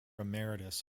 emeritus